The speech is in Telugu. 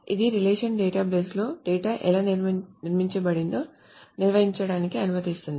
ఇది రిలేషనల్ డేటాబేస్లో డేటా ఎలా నిర్మించబడిందో నిర్వచించడానికి అనుమతిస్తుంది